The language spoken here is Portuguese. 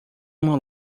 uma